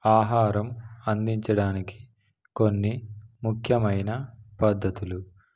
ఆహారం అందించడానికి కొన్ని ముఖ్యమైన పద్ధతులు గ్రహస్